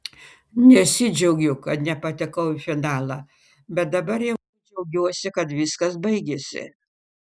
nesidžiaugiu kad nepatekau į finalą bet dabar jau džiaugiuosi kad viskas baigėsi